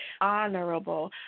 Honorable